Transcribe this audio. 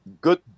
Good